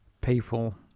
people